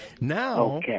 Now